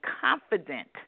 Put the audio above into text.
confident